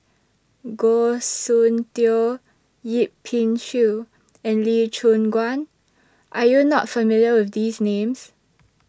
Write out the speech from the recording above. Goh Soon Tioe Yip Pin Xiu and Lee Choon Guan Are YOU not familiar with These Names